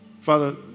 Father